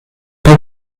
wir